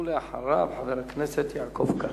ואחריו, חבר הכנסת יעקב כץ.